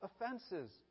offenses